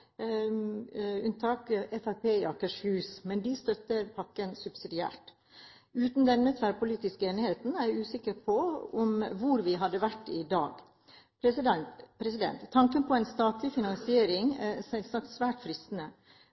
unntak av – og litt paradoksalt, som også representanten Hov Eggen var inne på – Fremskrittspartiet i Akershus. Men de støtter pakken subsidiært. Uten denne tverrpolitiske enigheten er jeg usikker på hvor vi hadde vært i dag. Tanken på en statlig finansiering er selvsagt svært fristende,